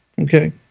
okay